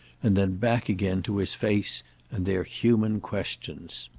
and then back again to his face and their human questions.